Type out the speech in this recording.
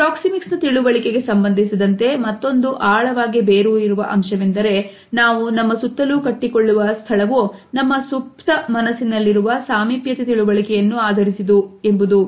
proxemics ನ ತಿಳುವಳಿಕೆಗೆ ಸಂಬಂಧಿಸಿದಂತೆ ಮತ್ತೊಂದು ಆಳವಾಗಿ ಬೇರೂರಿರುವ ಅಂಶವೆಂದರೆ ನಾವು ನಮ್ಮ ಸುತ್ತಲು ಕಟ್ಟಿಕೊಳ್ಳುವ ಸ್ಥಳವು ನಮ್ಮ ಸೂಕ್ತ ಮನಸ್ಸಿನಲ್ಲಿರುವ ಸಾಮೀಪ್ಯತೆ ತಿಳುವಳಿಕೆಯನ್ನು ಆಧರಿಸಿದೆ ಎಂಬುದು